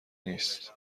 نیست